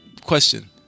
question